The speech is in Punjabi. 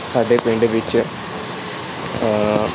ਸਾਡੇ ਪਿੰਡ ਵਿੱਚ